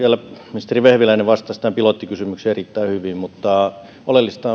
ministeri vehviläinen vastasi tähän pilottikysymykseen erittäin hyvin mutta oleellista